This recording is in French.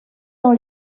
dans